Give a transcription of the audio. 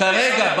כרגע,